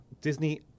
Disney